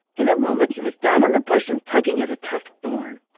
in a moment he was down on the bush and tugging at a tough thorn.